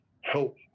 help